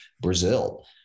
Brazil